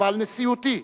אבל נשיאותי,